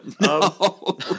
No